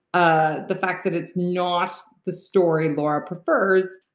ah the fact that it's not the story laura prefers.